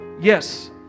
Yes